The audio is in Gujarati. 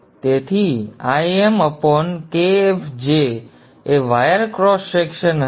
તેથી Im એ વાયર ક્રોસ સેક્શન હશે